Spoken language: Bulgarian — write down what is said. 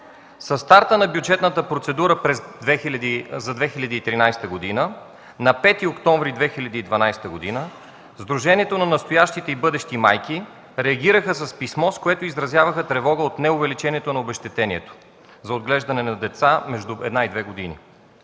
Със старта на бюджетната процедура за 2013 г., на 5 октомври 2012 г. Сдружението на настоящите и бъдещи майки реагираха с писмо, с което изразяваха тревога от неувеличението на обезщетението за отглеждане на деца между една и две години.